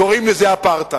קוראים לזה אפרטהייד,